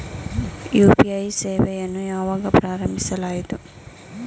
UPI ಸೇವೆಯನ್ನು ಯಾವಾಗ ಪ್ರಾರಂಭಿಸಲಾಯಿತು?